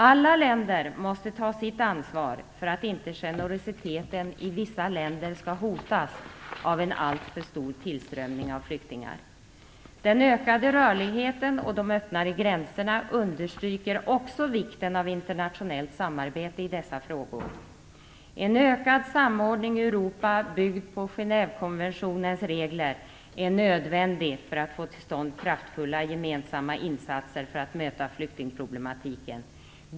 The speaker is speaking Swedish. Alla länder måste ta sitt ansvar för att inte generositeten i vissa länder skall hotas av en alltför stor tillströmning av flyktingar. Den ökade rörligheten och de öppnare gränserna understryker också vikten av internationellt samarbete i dessa frågor. En ökad samordning i Europa, byggd på Genèvekonventionens regler, är nödvändig för att få till stånd kraftfulla gemensamma insatser för att möta flyktingproblematiken.